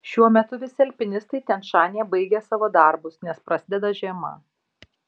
šiuo metu visi alpinistai tian šanyje baigė savo darbus nes prasideda žiema